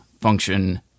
function